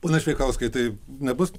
pone šveikauskai tai nebus